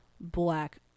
black